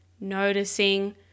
Noticing